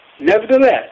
Nevertheless